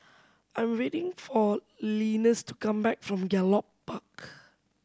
I am waiting for Linus to come back from Gallop Park